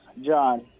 John